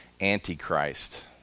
antichrist